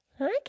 Okay